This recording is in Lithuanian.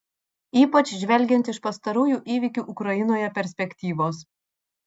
ypač žvelgiant iš pastarųjų įvykių ukrainoje perspektyvos